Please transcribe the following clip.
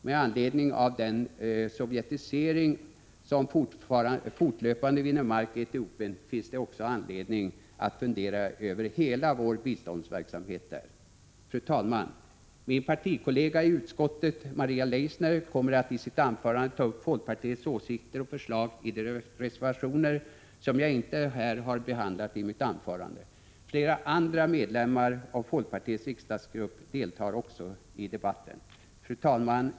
Med anledning av den sovjetisering som fortlöpande vinner mark i Etiopien finns det också anledning att fundera över hela vår biståndsverksamhet där. Fru talman! Min partikollega i utskottet, Maria Leissner, kommer att i sitt anförande ta upp folkpartiets åsikter och förslag i de reservationer som jag inte har tagit upp i mitt anförande. Flera andra medlemmar av folkpartiets riksdagsgrupp deltar också i debatten. Fru talman!